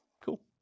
Cool